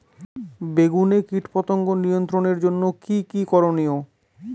বেগুনে কীটপতঙ্গ নিয়ন্ত্রণের জন্য কি কী করনীয়?